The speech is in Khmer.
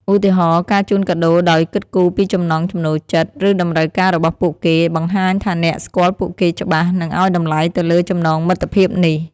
ឧទាហរណ៍ ការជូនកាដូដោយគិតគូរពីចំណង់ចំណូលចិត្ត ឬតម្រូវការរបស់ពួកគេ បង្ហាញថាអ្នកស្គាល់ពួកគេច្បាស់ និងឲ្យតម្លៃទៅលើចំណងមិត្តភាពនេះ។